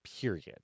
period